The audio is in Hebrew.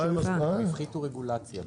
הפחיתו רגולציה.